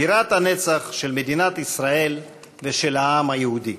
בירת הנצח של מדינת ישראל ושל העם היהודי.